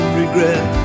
regret